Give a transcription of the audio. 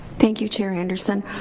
thank you chair anderson,